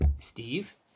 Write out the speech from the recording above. Steve